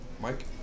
Mike